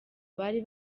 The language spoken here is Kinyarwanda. abari